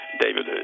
David